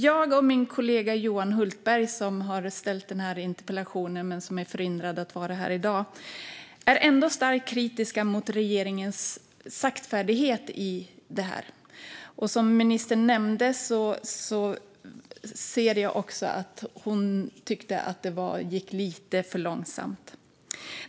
Jag och min kollega Johan Hultberg, som har ställt denna interpellation men som är förhindrad att vara här i dag, är ändå starkt kritiska mot regeringens saktfärdighet i fråga om detta. Som ministern nämnde tyckte hon att det gick lite för långsamt.